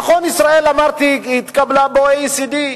נכון, אמרתי שישראל התקבלה ל-OECD,